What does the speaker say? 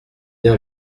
bien